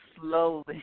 slowly